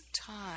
time